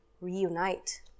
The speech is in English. reunite